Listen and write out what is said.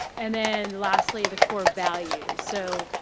and then, lastly, the core values. so,